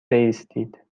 بایستید